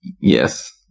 Yes